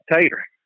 Tater